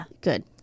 Good